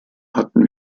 hatten